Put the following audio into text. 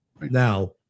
Now